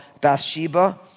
Bathsheba